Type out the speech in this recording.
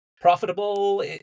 profitable